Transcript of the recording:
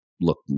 look